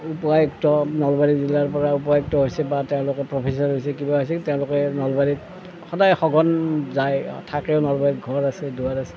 উপায়ুক্ত নলবাৰী জিলাৰ পৰা উপায়ুক্ত হৈছে বা তেওঁলোকে প্ৰফেছাৰ হৈছে কিবা হৈছে তেওঁলোকে নলবাৰীত সদায় সঘন যাই থাকে নলবাৰীত ঘৰ আছে দুৱাৰ আছে